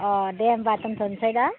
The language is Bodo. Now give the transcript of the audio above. अ दे होनबा दोन्थ'नोसै दे